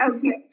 Okay